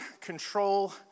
control